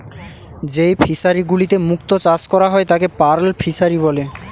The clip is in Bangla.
যেই ফিশারি গুলিতে মুক্ত চাষ করা হয় তাকে পার্ল ফিসারী বলে